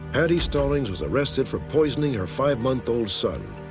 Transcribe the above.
patty stallings was arrested for poisoning her five month old son.